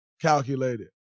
calculated